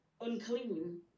unclean